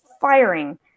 firing